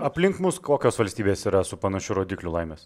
aplink mus kokios valstybės yra su panašiu rodikliu laimės